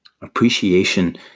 Appreciation